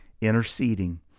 interceding